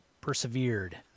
persevered